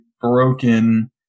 broken